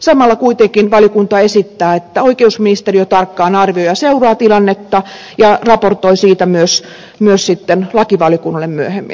samalla kuitenkin valiokunta esittää että oikeusministeriö tarkkaan arvioi ja seuraa tilannetta ja raportoi siitä myös sitten lakivaliokunnalle myöhemmin